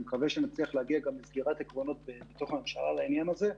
אני מקווה שנצליח להגיע גם לסגירת עקרונות בתוך הממשלה לעניין הזה,